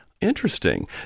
Interesting